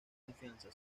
confianza